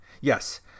Yes